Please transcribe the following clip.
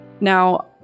Now